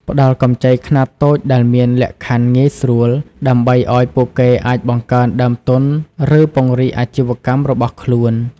ផ្តល់កម្ចីខ្នាតតូចដែលមានលក្ខខណ្ឌងាយស្រួល ដើម្បីឱ្យពួកគេអាចបង្កើនដើមទុន ឬពង្រីកអាជីវកម្មរបស់ខ្លួន ។